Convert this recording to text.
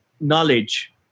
knowledge